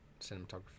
cinematographer